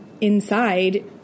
inside